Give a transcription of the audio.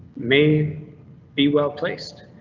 may be well placed,